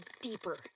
deeper